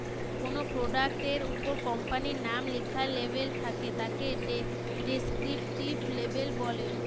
কোনো প্রোডাক্ট এর উপর কোম্পানির নাম লেখা লেবেল থাকে তাকে ডেস্ক্রিপটিভ লেবেল বলে